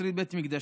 לשריד בית מקדשנו.